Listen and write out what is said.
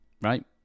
right